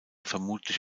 vermutlich